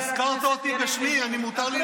הזכרת אותי בשמי, מותר לי